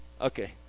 Okay